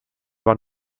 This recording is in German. war